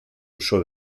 uso